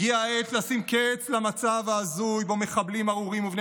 הגיעה העת לשים קץ למצב ההזוי שבו מחבלים ארורים ובני